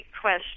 question